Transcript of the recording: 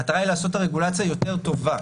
המטרה היא לעשות את הרגולציה יותר טובה,